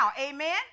Amen